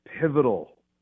pivotal